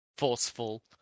Forceful